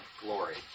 glory